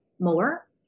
more